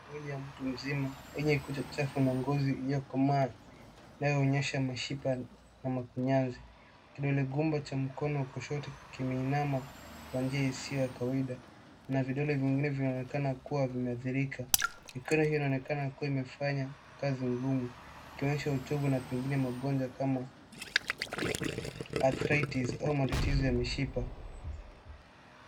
Mwili wa mtu mzima yenye kucha chafu na ngozi iliyokomaa iliyoonyesha mishipa na makunyazi. Kindole gumba cha mkono wakushoto kimeinama kwa njia isiyo ya kawaida .Na vidole vingine vinaonekana kuwa vimeadhirika. Mikono hii inaonekana kuwa imefanya kazi ngumu, ikionyesha uchovu na pengine maugonjwa kama(cs) Athratis (cs)ama matatizo ya mishipa.